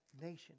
nation